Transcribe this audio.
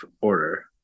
order